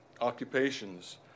occupations